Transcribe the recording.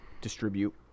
distribute